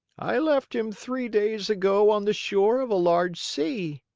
i left him three days ago on the shore of a large sea.